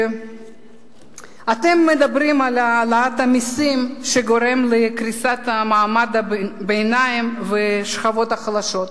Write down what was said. אתם מדברים על העלאת המסים שגורמת לקריסת מעמד הביניים והשכבות החלשות.